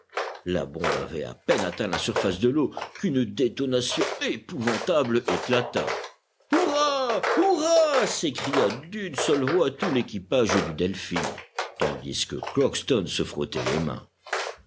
la bombe avait à peine atteint la surface de l'eau qu'une détonation épouvantable éclata hurrah hurrah s'écria d'une seule voix tout l'équipage du delphin tandis que crockston se frottait les mains